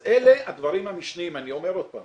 אז אלה הדברים המשניים אני אומר עוד פעם